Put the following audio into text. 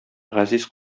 газиз